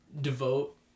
devote